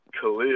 Khalil